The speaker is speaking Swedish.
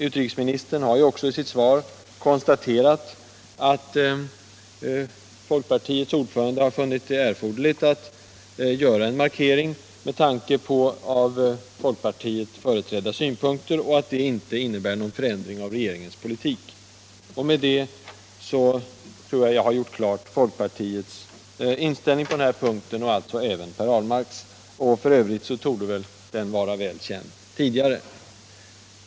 Utrikesministern har också i sitt svar 83 konstaterat att folkpartiets ordförande har funnit det erforderligt att göra en markering med tanke på av folkpartiet företrädda synpunkter, och att det inte innebär någon förändring av regeringens politik. Med detta tror jag, att jag har klargjort folkpartiets inställning på denna punkt och alltså även Per Ahlmarks. F. ö. torde den vara väl känd tidigare.